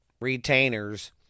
retainers